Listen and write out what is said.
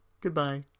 goodbye